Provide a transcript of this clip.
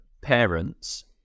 parents